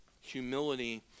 Humility